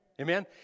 Amen